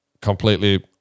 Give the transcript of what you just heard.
completely